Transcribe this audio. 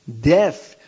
death